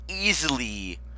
easily